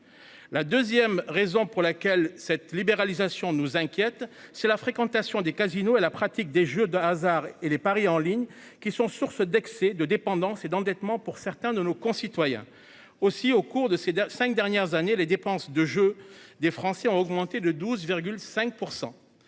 La 2ème. Raison pour laquelle cette libéralisation nous inquiète c'est la fréquentation des casinos à la pratique des jeux de hasard et les paris en ligne qui sont source d'excès de dépendance et d'endettement pour certains de nos concitoyens aussi au cours de ces 5 dernières années, les dépenses de jeu des Français ont augmenté de 12,5%.